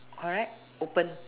correct open